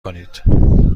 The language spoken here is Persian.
کنید